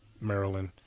Maryland